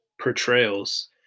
portrayals